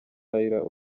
raila